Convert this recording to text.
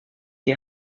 die